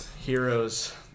Heroes